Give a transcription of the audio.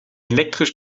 elektrisch